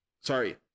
sorry